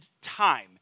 time